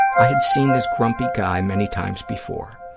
i had seen this grumpy guy many times before.